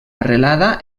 arrelada